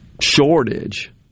shortage